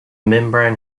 membrane